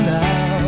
now